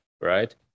Right